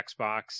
Xbox